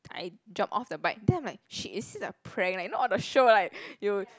I drop off the bike then I'm like shit is this a prank like you know all the show like you